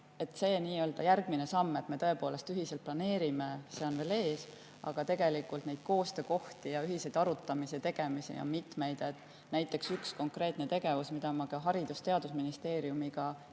See järgmine samm, et me tõepoolest ühiselt planeerime, on veel ees, aga tegelikult koostöökohti ja ühiseid arutamisi ja tegemisi on mitmeid. Näiteks üks konkreetne tegevus, mille me Haridus- ja Teadusministeeriumiga ja